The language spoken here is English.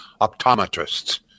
optometrists